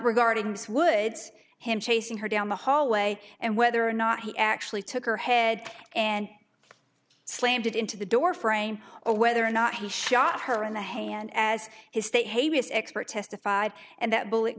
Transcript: regarding those woods him chasing her down the hallway and whether or not he actually took her head and slammed it into the door frame or whether or not he shot her in the hand as his they hate his expert testified and that bullet